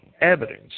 evidence